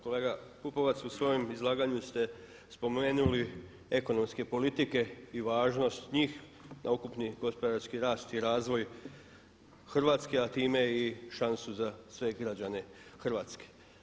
Kolega Pupovac u svojem izlaganju ste spomenuli ekonomske politike i važnost njih na ukupni gospodarski rast i razvoj Hrvatske, a time i šansu za sve građane Hrvatske.